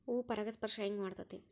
ಹೂ ಪರಾಗಸ್ಪರ್ಶ ಹೆಂಗ್ ಮಾಡ್ತೆತಿ?